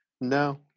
No